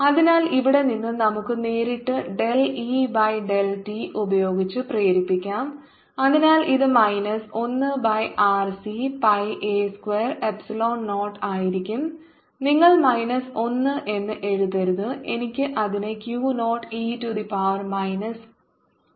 അതിനാൽ ഇവിടെ നിന്ന് നമുക്ക് നേരിട്ട് del E by del t ഉപയോഗിച്ച് പ്രേരിപ്പിക്കാം അതിനാൽ ഇത് minus 1 by RC pi a square epsilon naught ആയിരിക്കും നിങ്ങൾ മൈനസ് 1 എന്ന് എഴുതരുത് എനിക്ക് അതിനെ Q naught e to power minus കൊണ്ട് ടി by R C